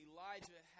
Elijah